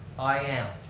i am.